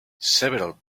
several